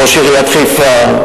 ראש עיריית חיפה,